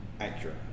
accurate